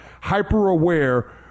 hyper-aware